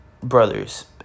brothers